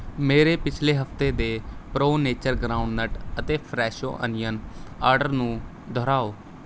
ਮੇਰੇ ਪਿਛਲੇ ਹਫਤੇ ਦੇ ਪ੍ਰੋ ਨੇਚਰ ਗਰਾਉਂਡਨਟ ਅਤੇ ਫਰੈਸ਼ੋ ਅਨੀਅਨ ਆਰਡਰ ਨੂੰ ਦੁਹਰਾਓ